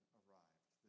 arrived